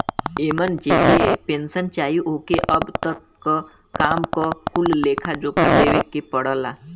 एमन जेके पेन्सन चाही ओके अब तक क काम क कुल लेखा जोखा देवे के पड़ला